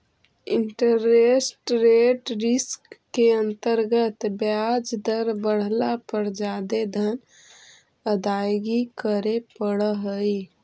interest rate risk के अंतर्गत ब्याज दर बढ़ला पर जादे धन अदायगी करे पड़ऽ हई